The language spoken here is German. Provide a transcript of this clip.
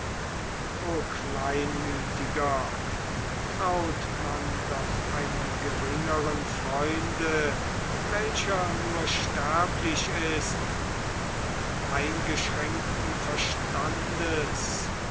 kleinmütiger traut man doch einem geringeren freunde welcher nur sterblich ist und eingeschränkten verstandes